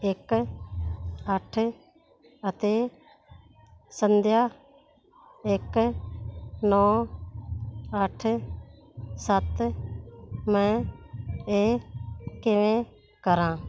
ਇੱਕ ਅੱਠ ਅਤੇ ਸੰਧਿਆ ਇੱਕ ਨੌ ਅੱਠ ਸੱਤ ਮੈਂ ਇਹ ਕਿਵੇਂ ਕਰਾਂ